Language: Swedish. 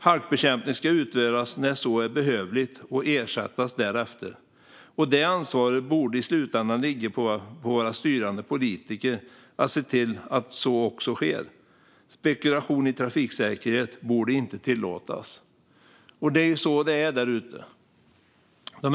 Halkbekämpning ska utföras när så är behövligt och ersättas därefter. I slutändan borde ansvaret ligga på våra styrande politiker att se till att så också sker. Spekulation i trafiksäkerhet borde inte tillåtas.